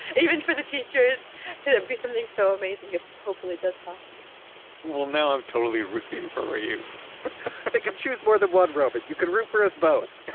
even for the teachers. it'd be something so amazing if hopefully, it does pass well now i'm totally rooting for rayouf they can choose more than one roman. you can root for us both